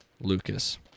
Lucas